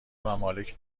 ممالک